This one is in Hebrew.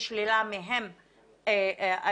נשללה מהם האזרחות,